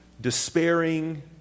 despairing